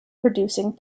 producing